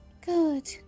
Good